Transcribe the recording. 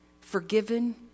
forgiven